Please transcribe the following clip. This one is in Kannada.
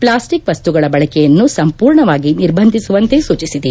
ಪಾಸ್ಲಿಕ್ ವಸ್ತುಗಳ ಬಳಕೆಯನ್ನು ಸಂಪೂರ್ಣವಾಗಿ ನಿರ್ಬಂಧಿಸುವಂತೆ ಸೂಚಿಸಿದೆ